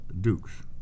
Dukes